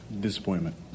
Disappointment